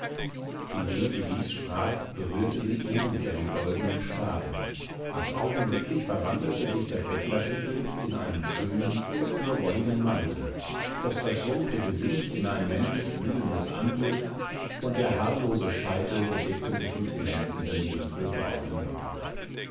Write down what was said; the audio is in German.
indem sie dies sprach berührte sie ihn mit ihrem goldenen stabe und augenblicklich verwandelte sich der bettlerkittel in einen schönen purpurwolligen mantel das verschrumpfte gesicht in ein männlich blühendes antlitz und der haarlose scheitel bedeckte sich mit glänzenden dunkelbraunen locken